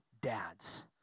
dads